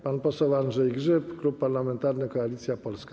Pan poseł Andrzej Grzyb, Klub Parlamentarny Koalicja Polska.